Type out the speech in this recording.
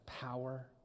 power